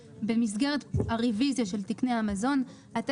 במסגרת הרביזיה של תקני המזון גם נבחן אם להשאיר